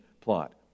plot